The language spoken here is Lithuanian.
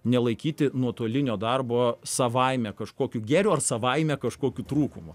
nelaikyti nuotolinio darbo savaime kažkokiu gėriu ar savaime kažkokiu trūkumu